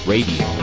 Radio